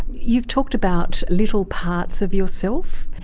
you've talked about little parts of yourself,